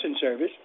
service